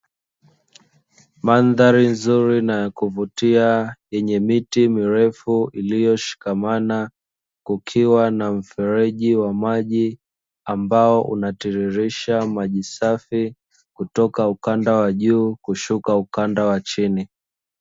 Mandhari nzuri na ya kuvutia yenye miti mirefu iliyoshikamana kukiwa na mfereji wa maji ambao unatiririsha maji safi kutoka ukanda wa juu kushuka ukanda wa chini.